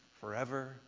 forever